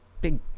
big